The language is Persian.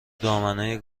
دامنه